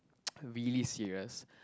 really serious